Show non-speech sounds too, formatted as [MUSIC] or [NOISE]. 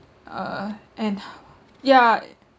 uh and [BREATH] yeah